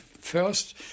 first